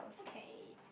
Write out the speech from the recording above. okay